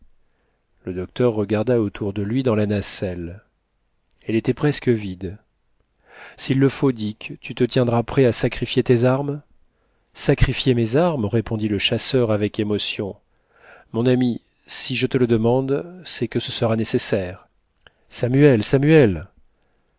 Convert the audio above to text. le docteur regarda autour de lui dans la nacelle elle était presque vide s'il le faut dicks tu te tiendras prêt à sacrifier tes armes sacrifier mes armes répondit le chasseur avec émotion mon ami si je te le demande c'est que ce sera nécessaire samuel samuel